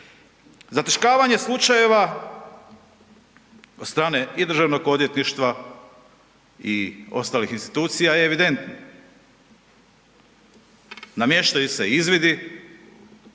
Zataškavanje slučajeva od strane i Državno odvjetništva i ostalih institucija je evidentno. Namještaju se izvidi